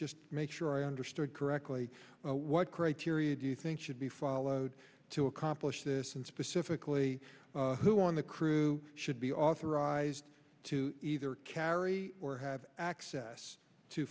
just make sure i understood correctly what criteria do you think should be followed to accomplish this and specifically who on the crew should be authorized to either carry or have access to